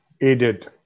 aided